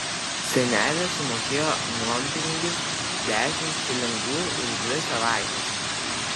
senelė sumokėjo nuompinigius dešimt šilingų už dvi savaites